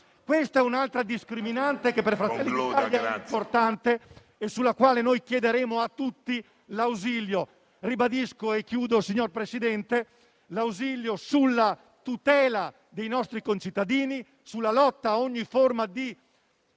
Questa è un'altra discriminante che per Fratelli d'Italia è importante e su cui chiederemo a tutti ausilio. Ribadisco e chiudo, signor Presidente, chiederemo a tutti ausilio sulla tutela dei nostri concittadini, sulla lotta a ogni forma di